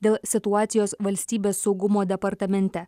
dėl situacijos valstybės saugumo departamente